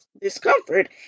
discomfort